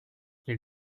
ils